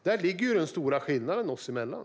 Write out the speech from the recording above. Däri ligger den stora skillnaden oss emellan.